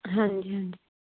ਹਾਂਜੀ ਹਾਂਜੀ